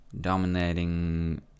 dominating